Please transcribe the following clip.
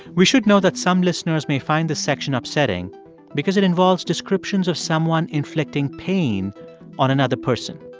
we should note that some listeners may find this section upsetting because it involves descriptions of someone inflicting pain on another person.